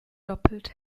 doppelt